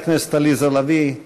חברת הכנסת עליזה לביא,